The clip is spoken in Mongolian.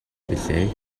билээ